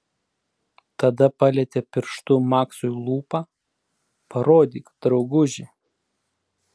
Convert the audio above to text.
tada palietė pirštu maksui lūpą parodyk drauguži